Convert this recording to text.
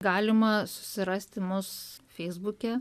galima susirasti mus feisbuke